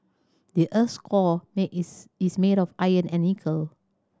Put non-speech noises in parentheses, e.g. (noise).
the earth's core (unintelligible) is is made of iron and nickel